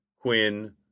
Quinn